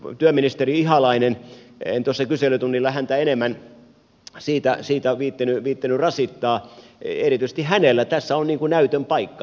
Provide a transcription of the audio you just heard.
erityisesti työministeri ihalaisella en tuossa kyselytunnilla häntä enemmän sillä viitsinyt rasittaa tässä on näytön paikka